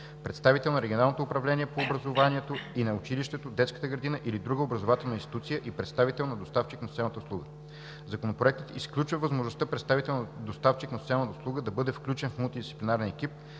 представител на Регионалното управление на образованието и на училището, детската градина или друга образователна институция и представител на доставчик на социална услуга. Законопроектът изключва възможността представител на доставчик на социална услуга да бъде включен в мултидисциплинарния екип